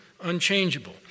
unchangeable